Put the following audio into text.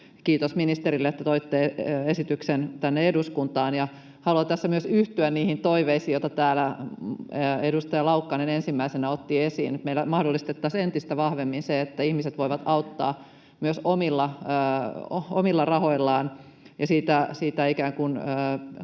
Kiitos ministerille, että toitte esityksen tänne eduskuntaan. Haluan tässä myös yhtyä niihin toiveisiin, joita täällä edustaja Laukkanen ensimmäisenä otti esiin, että meillä mahdollistettaisiin entistä vahvemmin se, että ihmiset voivat auttaa myös omilla rahoillaan. Kun